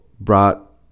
brought